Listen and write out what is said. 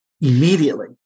immediately